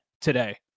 today